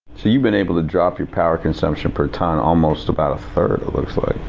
so you've been able to drop your power consumption per tonne almost about a third it looks like.